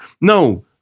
No